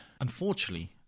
unfortunately